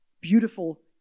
beautiful